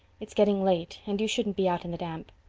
it's getting late and you shouldn't be out in the damp.